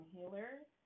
Healers